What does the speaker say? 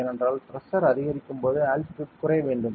ஏனென்றால் பிரஷர் அதிகரிக்கும் போது அல்டிடியூட் குறைய வேண்டும்